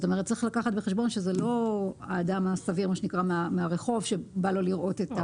צריך לקחת בחשבון שזה לא האדם הסביר מהרחוב שבא לו לראות את זה.